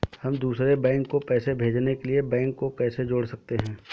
हम दूसरे बैंक को पैसे भेजने के लिए बैंक को कैसे जोड़ सकते हैं?